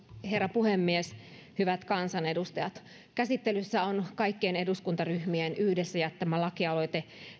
herra puhemies hyvät kansanedustajat käsittelyssä on kaikkien eduskuntaryhmien yhdessä jättämä lakialoite